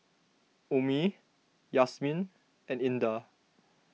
Ummi Yasmin and Indah